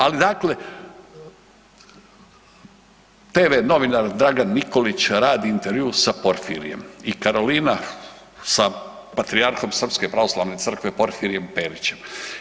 Ali dakle tv novinar Dragan Nikolić radi intervju sa Porfirijem i Karolina sa patrijarhom srpske pravoslavne crkve Porfirijem Perićem.